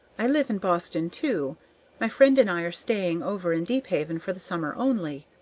i live in boston too my friend and i are staying over in deephaven for the summer only.